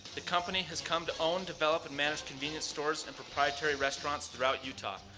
the company has come to own, develop, and manage convenience stores and proprietary restaurants throughout utah.